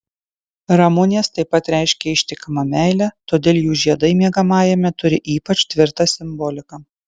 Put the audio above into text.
ramunės taip pat reiškia ištikimą meilę todėl jų žiedai miegamajame turi ypač tvirtą simboliką